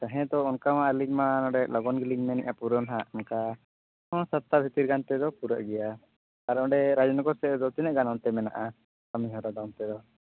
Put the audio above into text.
ᱦᱮᱸ ᱛᱚ ᱚᱱᱠᱟ ᱢᱟ ᱟᱹᱞᱤᱧ ᱢᱟ ᱱᱚᱸᱰᱮ ᱞᱚᱜᱚᱱ ᱜᱮᱞᱤᱧ ᱢᱮᱱᱮᱫᱼᱟ ᱯᱩᱨᱟᱹᱣ ᱦᱟᱸᱜ ᱚᱱᱠᱟ ᱥᱟᱯᱛᱟ ᱵᱷᱤᱛᱤᱨ ᱜᱟᱱ ᱛᱮᱫᱚ ᱯᱩᱨᱟᱹᱜ ᱜᱮᱭᱟ ᱟᱨ ᱚᱸᱰᱮ ᱨᱟᱡᱽᱱᱚᱜᱚᱨ ᱥᱮᱫ ᱨᱮᱫᱚ ᱛᱤᱱᱟᱹ ᱜᱟᱱ ᱚᱱᱛᱮ ᱢᱮᱱᱟᱜᱼᱟ ᱠᱟᱹᱢᱤ ᱦᱚᱨᱟ ᱫᱚ ᱚᱱᱛᱮ ᱫᱚ